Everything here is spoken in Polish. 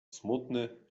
smutny